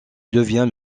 devient